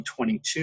2022